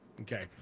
Okay